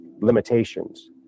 limitations